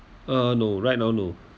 uh no right now no